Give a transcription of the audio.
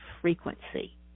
frequency